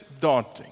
daunting